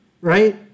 Right